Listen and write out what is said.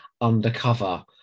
undercover